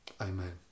Amen